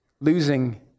losing